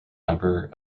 number